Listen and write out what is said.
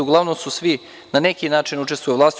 Uglavnom su svi na neki način učestvovali u vlasti.